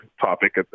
topic